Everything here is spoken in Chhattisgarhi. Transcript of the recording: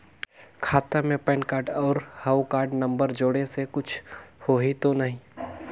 खाता मे पैन कारड और हव कारड नंबर जोड़े से कुछ होही तो नइ?